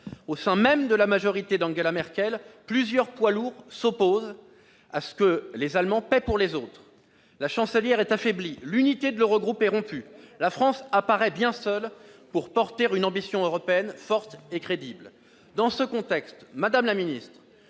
Au sein même de la majorité d'Angela Merkel, plusieurs poids lourds s'opposent à ce que les Allemands payent pour les autres. La Chancelière est affaiblie, l'unité de l'Eurogroupe est rompue. La France apparaît bien seule pour porter une ambition européenne forte et crédible. Dans ce contexte, madame la secrétaire